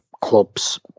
clubs